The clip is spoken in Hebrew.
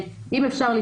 אם אפשר,